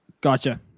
Gotcha